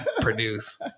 produce